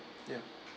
yeah